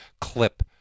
clip